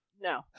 No